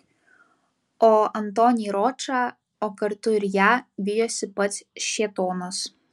o antonį ročą o kartu ir ją vijosi pats šėtonas